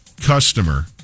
customer